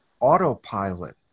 Autopilot